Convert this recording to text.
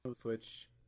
Switch